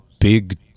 big